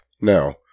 Now